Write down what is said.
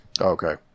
Okay